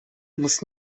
muss